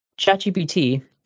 ChatGPT